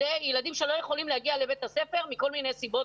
ילדים שלא יכולים להגיע לבית הספר מכל מיני סיבות